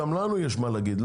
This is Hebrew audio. גם לנו יש מה להגיד,